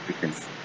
because-